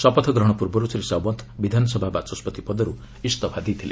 ଶପଥ ଗ୍ରହଣ ପୂର୍ବରୁ ଶ୍ରୀ ସାଓ୍ୱନ୍ତ ବିଧାନସଭା ବାଚସ୍ୱତି ପଦରୁ ଇସ୍ତଫା ଦେଇଥିଲେ